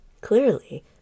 Clearly